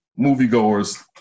moviegoers